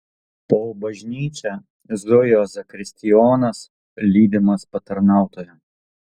po bažnyčią zujo zakristijonas lydimas patarnautojo